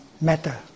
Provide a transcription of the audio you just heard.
matter